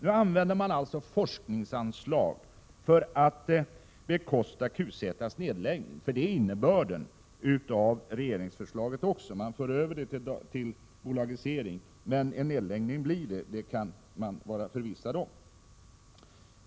Nu använder man alltså forskningsanslag för att bekosta QZ:s nedläggning, för det är också innebörden av regeringsförslaget. Man bolagiserar, men en nedläggning blir det, det kan vi vara förvissade om.